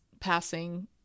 passing